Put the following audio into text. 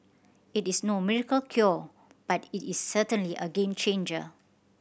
it is no miracle cure but it is certainly a game changer